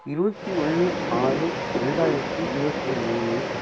இருபத்தி ஒன்று ஆறு ரெண்டாயித்து இருபத்தி மூணு